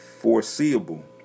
foreseeable